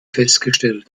festgestellt